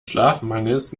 schlafmangels